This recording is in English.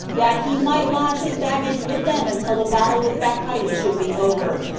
that he might lodge his baggage with them until the battle with bacchides should be over,